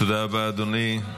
תודה רבה, אדוני.